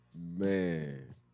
man